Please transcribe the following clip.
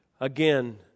Again